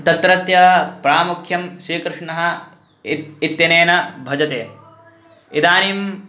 तत्रत्यप्रामुख्यं श्रीकृष्णःइ इत्यनेन भजते इदानीं